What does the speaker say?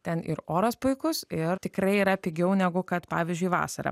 ten ir oras puikus ir tikrai yra pigiau negu kad pavyzdžiui vasarą